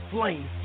Flame